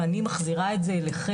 ואני מחזירה את זה אליכם.